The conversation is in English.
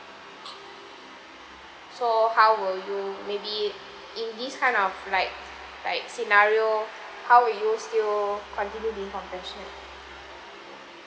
so how will you maybe in this kind of like like scenario how will you still continue being compassionate